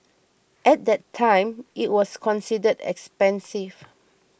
at that time it was considered expensive